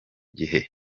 gihe